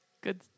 Good